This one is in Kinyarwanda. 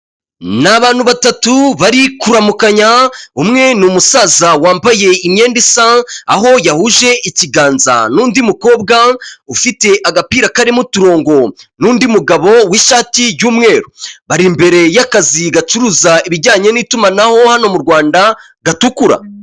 Ni abantu batatu bari kuramukanya umwe ni umusaza wambaye imyenda isa, aho yahuje ikiganza n'undi mukobwa ufite agapira karimo uturongongo, n'undi mugabo w'ishati y'umweru bari imbere y'akazu gacuruza ibijyanye n'itumanaho hano mu Rwanda gatukura.